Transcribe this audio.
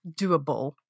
doable